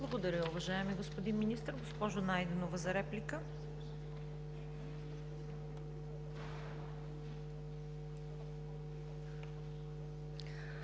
Благодаря, уважаеми господин Министър. Госпожо Найденова, за реплика.